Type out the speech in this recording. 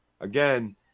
Again